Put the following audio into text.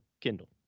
kindle